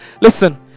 Listen